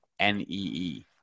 NEE